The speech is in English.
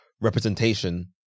representation